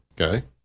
okay